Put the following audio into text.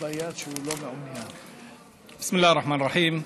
א-רחמאן א-רחים.